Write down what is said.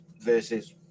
versus